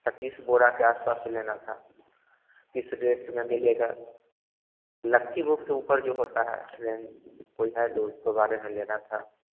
पच्चीस बोरा के आसपास लेना था किस रेट में मिलेगा लक्की बुक के ऊपर जो होता है रेंज कोई है तो उसके बारे में लेना था